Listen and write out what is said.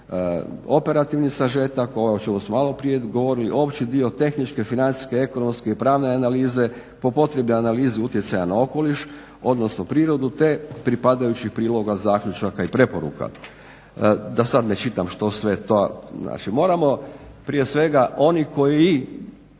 operativni sažetak, ono o čemu smo maloprije govorili, opći dio, tehničke, financijske, ekonomske i pravne analize, po potrebi analizu utjecaja na okoliš, odnosno prirodu te pripadajućih priloga, zaključaka i preporuka, da sad ne čitam što sve to. Znači moramo, prije svega oni koji